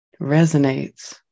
resonates